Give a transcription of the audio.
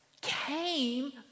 came